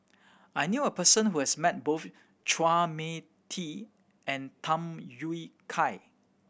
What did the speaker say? I knew a person who has met both Chua Mia Tee and Tham Yui Kai